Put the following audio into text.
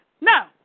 No